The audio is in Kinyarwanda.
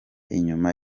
inyuma